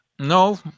No